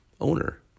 owner